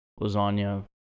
lasagna